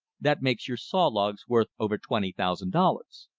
that makes your saw logs worth over twenty thousand dollars.